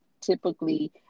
typically